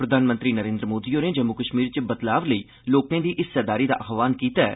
प्रधानमंत्री नरेंद्र मोदी होरें जम्मू कश्मीर च बदलाव लेई लोकें दी हिस्सेदारी दा आह्वान कीता ऐ